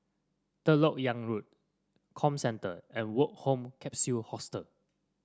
Third LoK Yang Road Comcentre and Woke Home Capsule Hostel